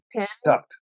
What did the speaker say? stuck